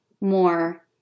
more